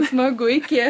smagu iki